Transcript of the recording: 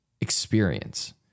experience